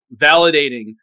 validating